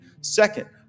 Second